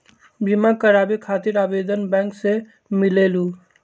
बिमा कराबे खातीर आवेदन बैंक से मिलेलु?